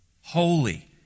holy